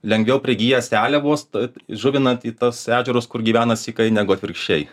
lengviau prigyja seliavos ta žuvinant į tas ežerus kur gyvena sykai negu atvirkščiai